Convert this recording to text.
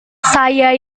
saya